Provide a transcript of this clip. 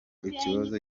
ikibazo